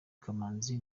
kamanzi